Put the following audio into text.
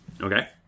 Okay